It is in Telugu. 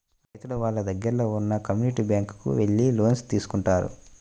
రైతులు వాళ్ళ దగ్గరలో ఉన్న కమ్యూనిటీ బ్యాంక్ కు వెళ్లి లోన్స్ తీసుకుంటారు